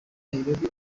nairobi